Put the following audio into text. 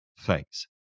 Thanks